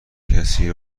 کسی